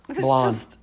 Blonde